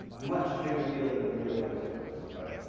much bigger deal than we realized it was. right,